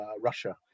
Russia